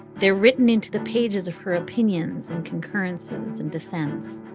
they're written into the pages of her opinions and concurrences and dissents.